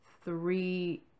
three